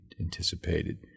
anticipated